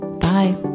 Bye